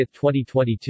2022